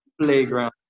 playground